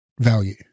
value